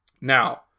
now